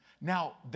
Now